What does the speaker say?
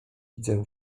widzę